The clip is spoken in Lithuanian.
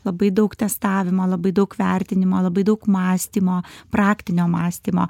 labai daug testavimo labai daug vertinimo labai daug mąstymo praktinio mąstymo